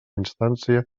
instància